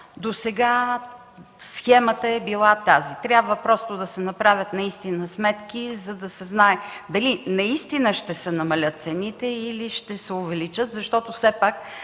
Досега схемата е била тази. Трябва да се направят наистина сметки, за да се знае дали ще се намалят наистина цените, или ще се увеличат, защото все пак